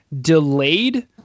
delayed